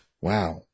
wow